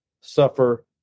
suffer